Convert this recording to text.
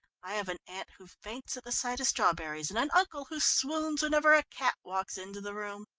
i have an aunt who faints at the sight of strawberries, and an uncle who swoons whenever a cat walks into the room.